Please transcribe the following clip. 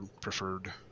preferred